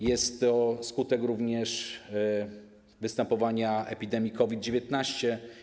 Jest to skutek również występowania epidemii COVID-19.